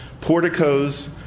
Porticos